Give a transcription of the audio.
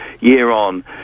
year-on